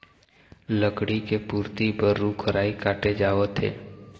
लकड़ी के पूरति बर रूख राई काटे जावत हे